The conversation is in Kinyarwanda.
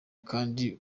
kandi